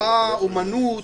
מופע אומנות